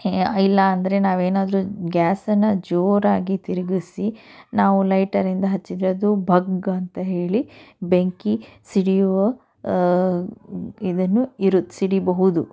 ಇಲ್ಲ ಅಂದರೆ ನಾವೇನಾದರೂ ಗ್ಯಾಸನ್ನು ಜೋರಾಗಿ ತಿರುಗಿಸಿ ನಾವು ಲೈಟರಿಂದ ಹಚ್ಚಿದರೆ ಅದು ಭಗ್ಗ್ ಅಂತ ಹೇಳಿ ಬೆಂಕಿ ಸಿಡಿಯುವ ಇದನ್ನು ಇರುತ್ತೆ ಸಿಡಿಬಹುದು